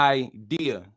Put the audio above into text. idea